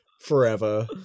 forever